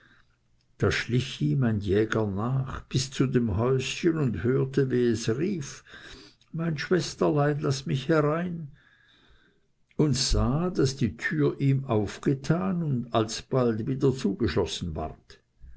da schlich ihm ein jäger nach bis zu dem häuschen und hörte wie es rief mein schwesterlein laß mich herein und sah daß die tür ihm aufgetan und alsbald wieder zugeschlossen ward